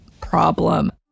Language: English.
problem